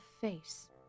face